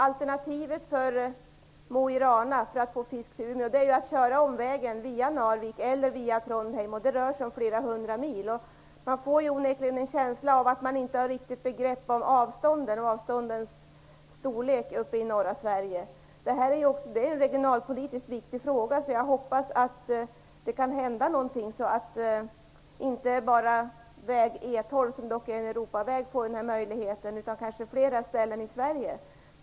Alternativet för någon i Mo i Rana för att få fram fisk till Umeå är att köra omvägen via Narvik eller via Trondheim, och det rör sig om flera hundra mil. Detta ger onekligen en känsla av att man inte riktigt har begrepp om avståndens storlek uppe i norra Sverige. Det här är en regionalpolitiskt viktig fråga. Jag hoppas att det snart händer någonting, så att inte bara väg E12, som dock är en Europaväg, får den här möjligheten, utan kanske flera ställen i Sverige.